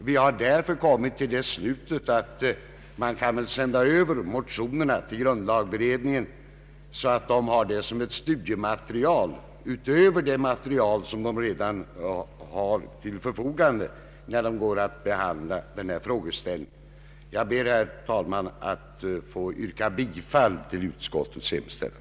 Vi har därför kommit till den slutsatsen att motionerna kan sändas över till grundlagberedningen så att utredningen har dem såsom ett studiematerial utöver det material som den redan har till sitt förfogande när den går att behandla detta ärende. Jag ber, herr talman, att få yrka bifall till utskottets hemställan.